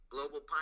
Global